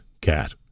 cat